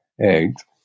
eggs